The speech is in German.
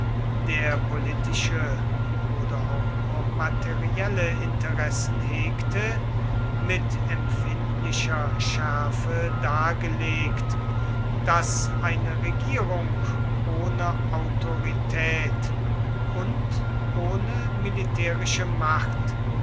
der politische oder auch nur materielle interessen hegte mit empfindlicher schärfe dargelegt daß eine regierung ohne autorität und ohne militärische macht